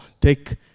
take